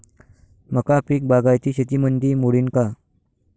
मका पीक बागायती शेतीमंदी मोडीन का?